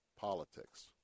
politics